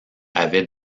avait